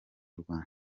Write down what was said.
rwanda